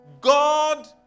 God